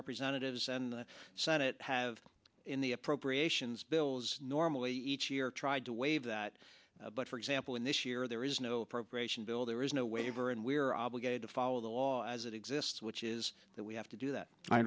representatives and the senate in the appropriations bills normally each year tried to waive that but for example in this year there is no appropriation bill there is no waiver and we are obligated to follow the law as it exists which is that we have to do that i